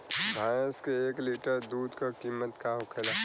भैंस के एक लीटर दूध का कीमत का होखेला?